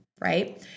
right